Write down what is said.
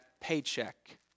paycheck